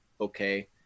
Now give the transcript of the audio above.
okay